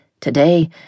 Today